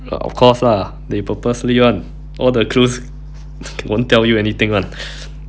of course lah they purposely [one] all the clues won't tell you anything [one]